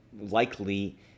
likely